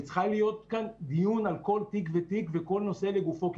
צריך להיות כאן דיון על כל תיק וכל נושא לגופו כי